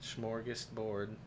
Smorgasbord